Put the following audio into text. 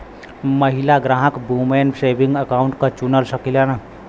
महिला ग्राहक woman saving account क चुन सकलीन